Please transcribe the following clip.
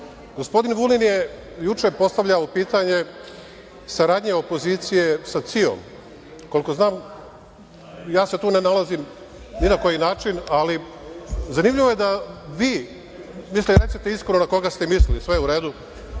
Gospodin Vulin je juče postavio pitanje saradnje opozicije sa CIA. Koliko znam, ja se tu ne nalazim ni na koji način, ali zanimljivo je da vi… Recite iskreno na koga ste mislili, sve je u redu. Vi